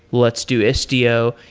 let's do istio.